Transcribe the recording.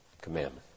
commandment